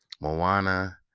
Moana